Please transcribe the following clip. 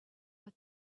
what